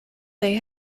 they